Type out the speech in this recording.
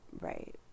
right